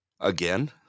Again